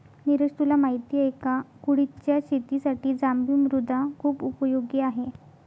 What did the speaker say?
निरज तुला माहिती आहे का? कुळिथच्या शेतीसाठी जांभी मृदा खुप उपयोगी आहे